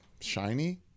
Shiny